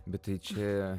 bet tai čia